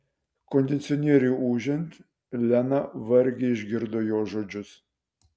kondicionieriui ūžiant lena vargiai išgirdo jo žodžius